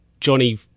Johnny